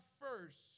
first